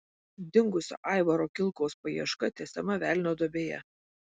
dingusio aivaro kilkaus paieška tęsiama velnio duobėje